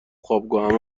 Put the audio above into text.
خوابگاه